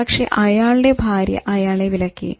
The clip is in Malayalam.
പക്ഷെ അയാളുടെ ഭാര്യ അയാളെ വിലക്കി